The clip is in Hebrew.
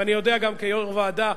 ואני יודע גם כיו"ר ועדה,